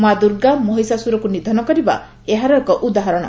ମା' ଦୁର୍ଗା ମହିଷାସୁରକୁ ନିଧନ କରିବା ଏହାର ଏକ ଉଦାହରଣ